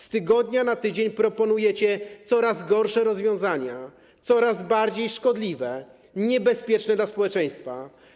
Z tygodnia na tydzień proponujecie coraz gorsze rozwiązania, coraz bardziej szkodliwe, niebezpieczne dla społeczeństwa.